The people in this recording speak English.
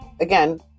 again